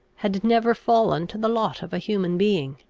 had never fallen to the lot of a human being.